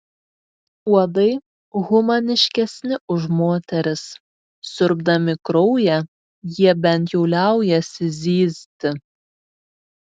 uodai humaniškesni už moteris siurbdami kraują jie bent jau liaujasi zyzti